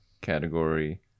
category